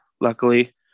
luckily